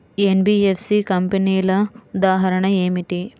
NBFC కంపెనీల ఉదాహరణ ఏమిటి?